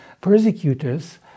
persecutors